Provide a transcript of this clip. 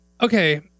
Okay